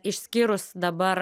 išskyrus dabar